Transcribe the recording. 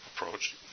approach